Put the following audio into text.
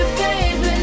baby